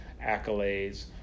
accolades